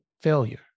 Failure